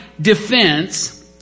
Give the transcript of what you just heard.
defense